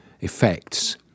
effects